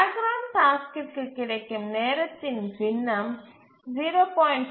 back ground டாஸ்க்கிற்கு கிடைக்கும் நேரத்தின் பின்னம் 0